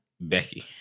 Becky